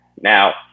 now